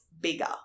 bigger